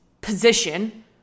position